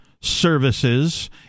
services